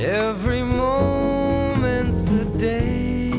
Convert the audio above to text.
every day